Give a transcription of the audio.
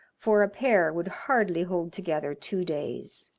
for a pair would hardly hold together two days.